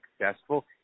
successful